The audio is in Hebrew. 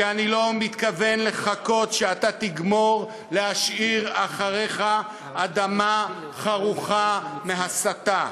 כי אני לא מתכוון לחכות שאתה תגמור להשאיר אחריך אדמה חרוכה מהסתה,